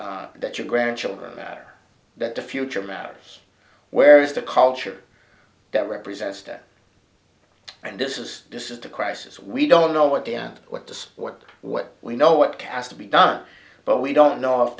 and that your grandchildren matter that the future matters where is the culture that represents that and this is this is the crisis we don't know what the end what the sport what we know what kaz to be done but we don't know